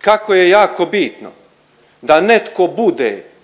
kako je jako bitno da netko bude kada